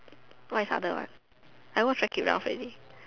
what is other one I watch Wreck it Ralph already